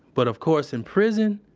but of course in prison,